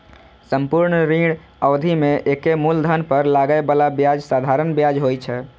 संपूर्ण ऋण अवधि मे एके मूलधन पर लागै बला ब्याज साधारण ब्याज होइ छै